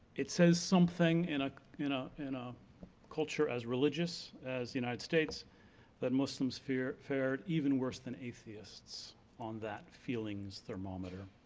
it says something in ah you know in a culture as religious as the united states that muslims fared fared even worse than atheists on that feelings thermometer.